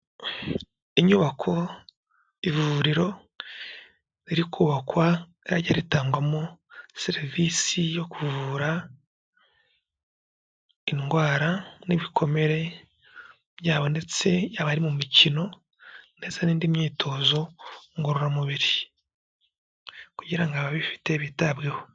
Inyubako, ivuriro biri kubakwa ririjya ritangwamo serivisi yo kuvura indwara n'ibikomere byabonetse yaba ari mu mikino, ndetse n'indi myitozo ngororamubiri, kugira ngo ababifite bitabweho.